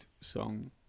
song